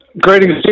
Greetings